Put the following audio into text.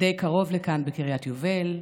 די קרוב לכאן, בקריית יובל,